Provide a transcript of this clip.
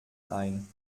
ein